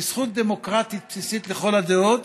היא זכות דמוקרטית בסיסית, לכל הדעות.